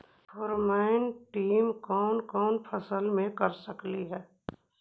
Pheromone trap कोन कोन फसल मे कर सकली हे?